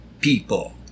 people